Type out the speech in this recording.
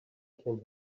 can